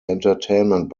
entertainment